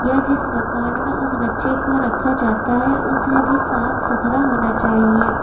یا جس مکان میں اس بچہ کو رکھا جاتا ہے اسے بھی صاف ستھرا ہونا چاہیے